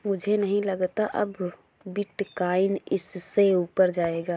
मुझे नहीं लगता अब बिटकॉइन इससे ऊपर जायेगा